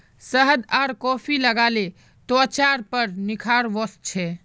शहद आर कॉफी लगाले त्वचार पर निखार वस छे